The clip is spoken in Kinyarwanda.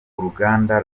uruganda